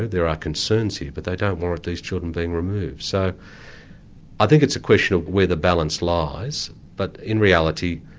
ah there are concerns here, but they don't warrant these children being removed. so i think it's a question of where the balance lies, but in reality,